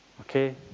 Okay